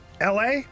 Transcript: LA